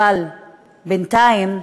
אבל בינתיים,